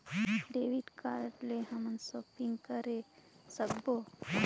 Debit card ले हमन shopping करे सकबो?